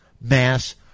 mass